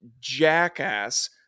jackass